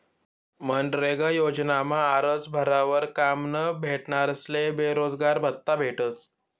मनरेगा योजनामा आरजं भरावर काम न भेटनारस्ले बेरोजगारभत्त्ता भेटस